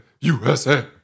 USA